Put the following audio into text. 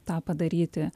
tą padaryti